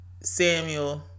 Samuel